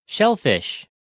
Shellfish